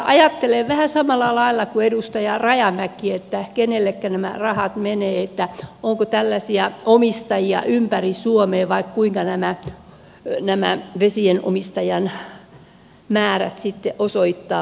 ajattelen vähän samalla lailla kuin edustaja rajamäki että kenellekä nämä rahat menevät että onko tällaisia omistajia ympäri suomea vai millaisiksi nämä vesien omistajien määrät sitten osoittautuvat täällä